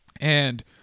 and-